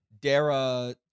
Dara